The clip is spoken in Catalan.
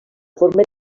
forma